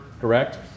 correct